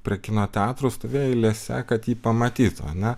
prie kino teatrų stovėjo eilėse kad jį pamatytų ar ne